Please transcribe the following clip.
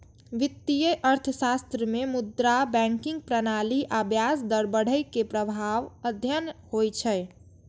वित्तीय अर्थशास्त्र मे मुद्रा, बैंकिंग प्रणाली आ ब्याज दर बढ़ै के प्रभाव अध्ययन होइ छै